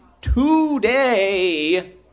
today